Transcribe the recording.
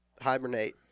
hibernate